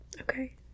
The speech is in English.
okay